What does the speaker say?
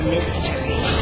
Mystery